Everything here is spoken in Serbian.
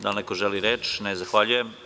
Da li neko želi reč? (Ne) Zahvaljujem.